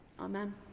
Amen